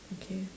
okay